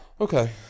Okay